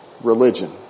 religion